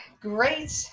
great